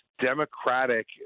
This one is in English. Democratic